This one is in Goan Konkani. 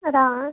राव आं